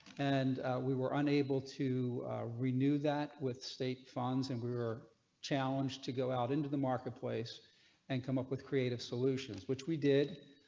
and we were unable to renew that with state funds, and we were challenged to go out into the marketplace and come up with creative solutions which we did.